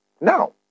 Now